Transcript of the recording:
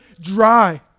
dry